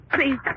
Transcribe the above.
Please